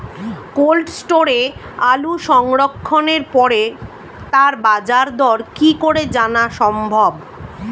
Cold স্টোরে আলু সংরক্ষণের পরে তার বাজারদর কি করে জানা সম্ভব?